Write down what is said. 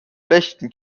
flechten